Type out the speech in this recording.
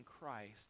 Christ